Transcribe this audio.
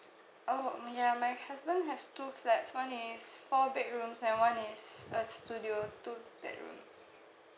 oh mm ya my husband has two flats one is four bedrooms and one is a studio two bedrooms